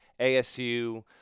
ASU